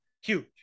Huge